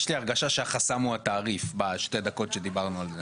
יש לי הרגשה שהחסם הוא התעריף בשתי הדקות שדיברנו על זה.